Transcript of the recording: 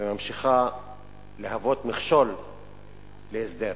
וממשיכה להוות מכשול להסדר.